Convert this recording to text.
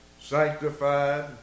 Sanctified